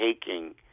taking